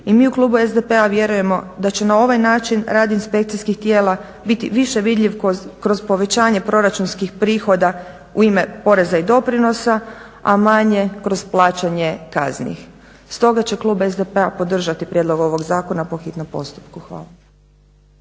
i mi u klubu SDP-a vjerujemo da će na ovaj način rad inspekcijskih tijela biti više vidljiv kroz povećanje proračunskih prihoda u ime poreza i doprinosa, a manje kroz plaćanje kazni. Stoga će klub SDP-a podržati prijedlog ovog zakona po hitnom postupku. Hvala.